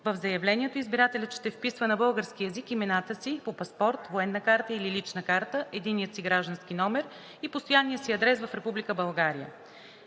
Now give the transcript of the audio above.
В заявлението избирателят ще вписва на български език имената си по паспорт, военна карта или лична карта, единния си граждански номер и постоянния си адрес в